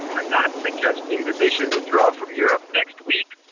i'm not suggesting that they should withdraw from europe next week.